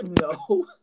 no